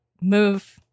move